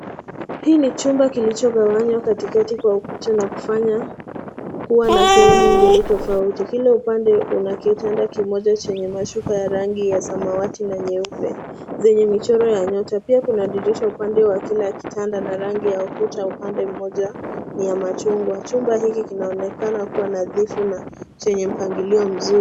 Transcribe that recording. Hii ni chumba kilichogawanywa katikati na ukuta kufanya kuwa na sehemu mbili .Kila upande huna kitanda kimoja chenye mashuka ya rangi ya samawati na nyeupe zenye michoro ya nyota , pia kuna dirisha upande wa kila kitanda na rangi ya ukuta upande mmoja ni ya machugwa . Chumba hiki kinaonekana kuwa nadhifu chenye mpangilio mzuri.